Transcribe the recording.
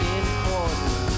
important